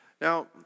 Now